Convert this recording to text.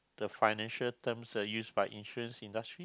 the financial terms uh used by insurance industry